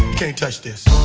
can't touch this